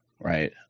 Right